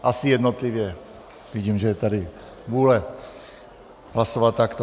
Asi jednotlivě, vidím, že je tady vůle hlasovat takto.